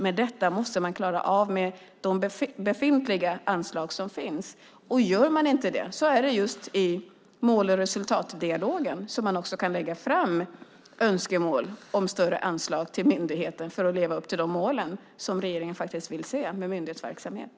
Men detta måste man klara av med de befintliga anslagen. Om man inte gör det är det just i mål och resultatdelen som man också kan lägga fram önskemål om större anslag till myndigheten för att leva upp till de mål som regeringen vill se med myndighetsverksamhet.